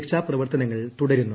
രക്ഷാപ്രവർത്തനങ്ങൾ തുടരുന്നു